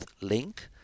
link